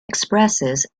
expresses